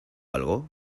algo